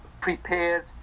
prepared